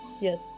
yes